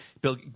Bill